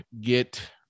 get